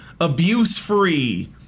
abuse-free